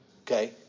okay